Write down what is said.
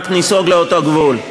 רק ניסוג לאותו גבול.